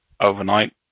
overnight